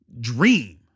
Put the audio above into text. dream